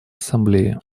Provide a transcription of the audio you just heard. ассамблее